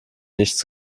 nichts